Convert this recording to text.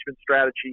strategy